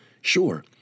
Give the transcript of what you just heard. Sure